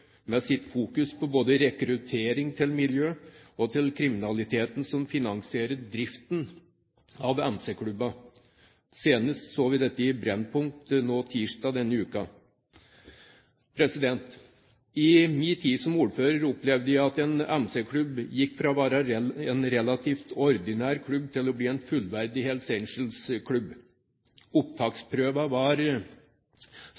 på både rekruttering til miljøet og til kriminaliteten som finansierer driften av MC-klubbene. Senest så vi dette i Brennpunkt tirsdag denne uken. I min tid som ordfører opplevde jeg at en MC-klubb gikk fra å være en relativt ordinær klubb til å bli en fullverdig